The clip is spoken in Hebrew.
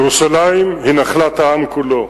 ירושלים היא נחלת העם כולו.